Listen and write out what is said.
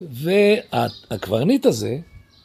ו... ה... הקברניט הזה...